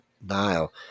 Nile